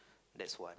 that's one